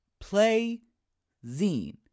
Play-Zine